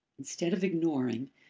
instead of ignoring,